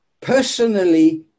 personally